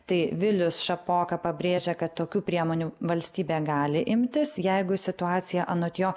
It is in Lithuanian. tai vilius šapoka pabrėžė kad tokių priemonių valstybė gali imtis jeigu situacija anot jo